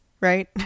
right